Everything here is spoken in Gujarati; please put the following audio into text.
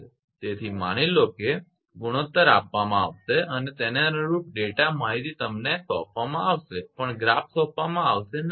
તેથી માની લો કે ગુણોત્તર આપવામાં આવશે અને તેને અનુરૂપ ડેટા માહિતી તમને સોંપવામાં આવશે પણ ગ્રાફ સોંપવામાં આવશે નહીં